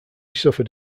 suffered